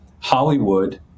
Hollywood